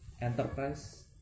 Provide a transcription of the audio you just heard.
enterprise